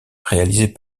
réalisés